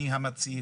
מי המצית.